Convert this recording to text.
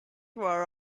were